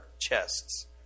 chests